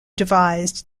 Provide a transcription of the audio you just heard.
devised